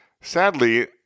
Sadly